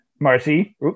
Marcy